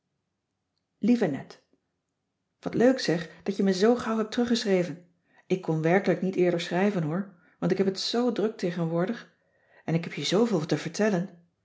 lieve net wat leuk zeg dat je me zoo gauw hebt teruggeschreven ik kon werkelijk niet eerder schrijven hoor want ik heb het zoo druk tegenwoordig en ik heb je zooveel te vertellen